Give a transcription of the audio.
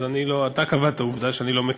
אתה קבעת עובדה שאני לא מכיר.